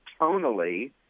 tonally